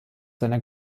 seiner